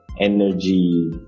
energy